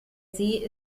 see